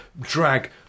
drag